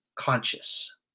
Conscious